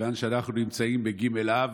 מכיוון שאנחנו נמצאים בג' באב,